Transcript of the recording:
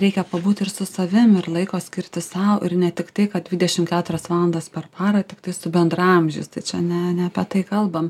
reikia pabūt ir su savimi ir laiko skirti sau ir ne tiktai kad dvidešim keturias valandas per parą tiktai su bendraamžiais tai čia ne ne apie tai kalbam